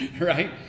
right